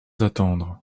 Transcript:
attendre